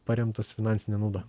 paremtas finansine nauda